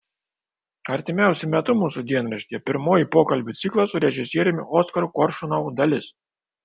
artimiausiu metu mūsų dienraštyje pirmoji pokalbių ciklo su režisieriumi oskaru koršunovu dalis